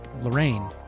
Lorraine